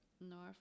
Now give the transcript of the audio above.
North